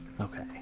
Okay